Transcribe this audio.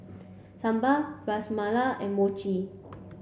Sambar Ras Malai and Mochi